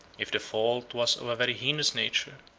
if the fault was of a very heinous nature,